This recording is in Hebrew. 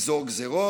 לגזור גזרות,